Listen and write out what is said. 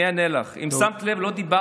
אני אענה לך: אם שמת לב,